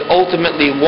ultimately